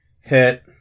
Hit